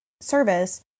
service